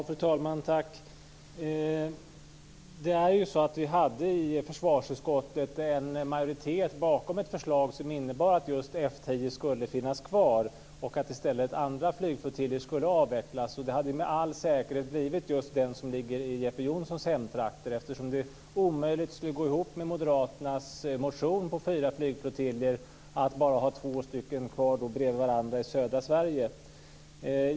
Fru talman! Vi hade en majoritet i försvarsutskottet bakom ett förslag som innebar att just F 10 skulle finnas kvar och att andra flygflottiljer i stället skulle avvecklas. Det hade med all säkerhet blivit just den som ligger i Jeppe Johnssons hemtrakter, eftersom det omöjligt skulle gå ihop med Moderaternas motion om fyra flottiljer att ha två kvar bredvid varandra i södra Sverige.